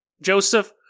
Joseph